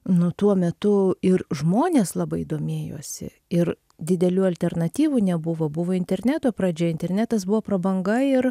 nu tuo metu ir žmonės labai domėjosi ir didelių alternatyvų nebuvo buvo interneto pradžia internetas buvo prabanga ir